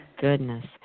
goodness